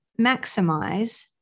maximize